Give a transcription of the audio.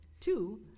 Two